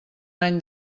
any